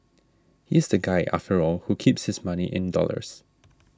he's the guy after all who keeps his money in dollars